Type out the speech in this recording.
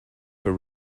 for